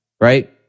right